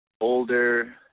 older